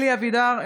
(קוראת בשמות חברי הכנסת) אלי אבידר,